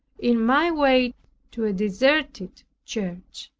in my way to a deserted church,